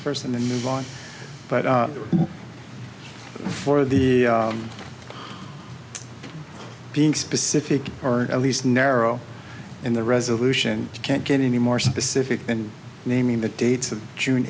first and then move on but for the being specific or at least narrow in the resolution you can't get any more specific than naming the dates of june